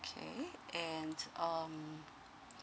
okay and um